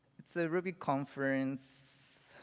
it's a ruby conference,